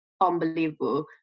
unbelievable